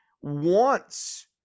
wants